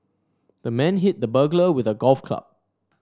the man hit the burglar with a golf club